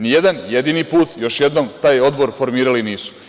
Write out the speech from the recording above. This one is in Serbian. Nijedan jedini put, još jednom, taj odbor formirali nisu.